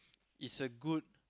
it's a good